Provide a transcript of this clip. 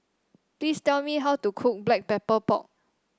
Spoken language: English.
please tell me how to cook Black Pepper Pork